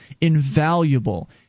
invaluable